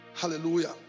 hallelujah